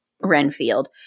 Renfield